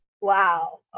Wow